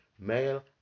male